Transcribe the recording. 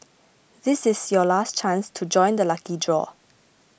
this is your last chance to join the lucky draw